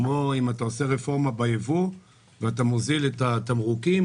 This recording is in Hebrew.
כמו אם אתה עושה רפורמה ביבוא ואתה מוזיל את התמרוקים,